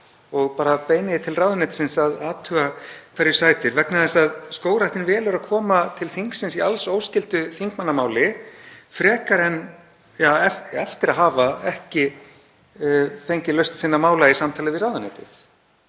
og beini ég því til ráðuneytisins að athuga hverju sætir vegna þess að Skógræktin velur að koma til þingsins í alls óskyldu þingmannamáli, eftir að hafa ekki fengið lausn sinna mála í samtali við ráðuneytið.